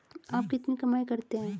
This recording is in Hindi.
आप कितनी कमाई करते हैं?